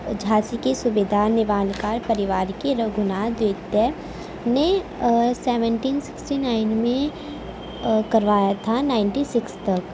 جھانسی کے صوبےدار نیوالکار پریوار کی رگھوناتھ دیتیہ نے سیونٹین سکسٹی نائن میں کروایا تھا ٹائنٹی سکس تک